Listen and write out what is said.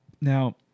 Now